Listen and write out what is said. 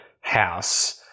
house